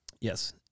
Yes